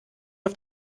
auf